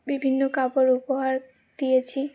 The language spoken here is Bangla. বিভিন্ন কাপড় উপহার দিয়েছি